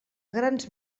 grans